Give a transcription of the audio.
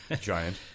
Giant